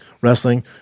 wrestling